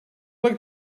like